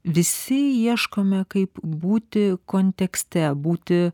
visi ieškome kaip būti kontekste būti